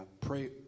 pray